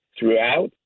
throughout